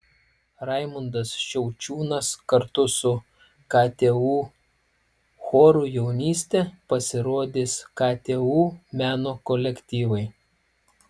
raimundas šiaučiūnas kartu su ktu choru jaunystė pasirodys ktu meno kolektyvai